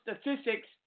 statistics